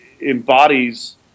embodies